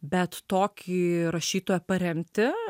bet tokį rašytoją paremti